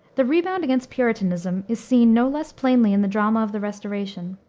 the rebound against puritanism is seen no less plainly in the drama of the restoration,